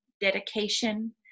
dedication